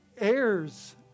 heirs